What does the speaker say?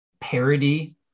parody